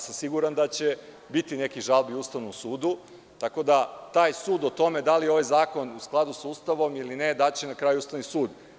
Siguran sam da će biti nekih žalbi Ustavnom sudu, tako da taj sud o tome da li je ovaj zakon u skladu sa Ustavom ili ne daće na kraju Ustavni sud.